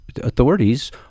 authorities